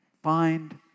Find